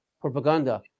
propaganda